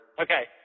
okay